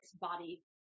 body